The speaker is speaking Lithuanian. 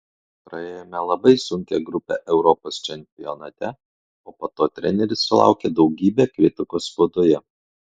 praėjome labai sunkią grupę europos čempionate o po to treneris sulaukė daugybę kritikos spaudoje